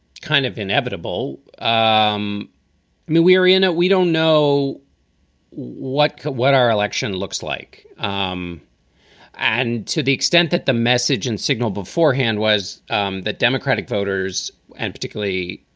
kind of inevitable um new aryana we don't know what what our election looks like. um and to the extent that the message and signal beforehand was um that democratic voters and particularly